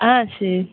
ஆ சரி